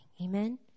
Amen